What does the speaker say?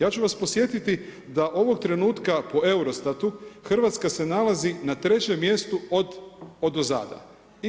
Ja ću vas podsjetiti da ovog trenutka po EUROSTAT-u, Hrvatska se nalazi na trećem mjestu odozdo.